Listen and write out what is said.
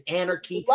anarchy